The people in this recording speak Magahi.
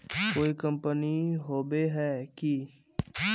कोई कंपनी होबे है की?